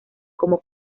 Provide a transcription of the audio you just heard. como